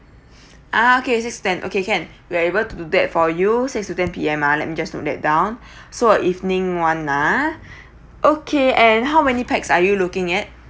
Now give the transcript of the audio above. ah okay six ten okay can we are able to do that for you six to ten P_M uh let me just note that down so evening one uh okay and how many pax are you looking at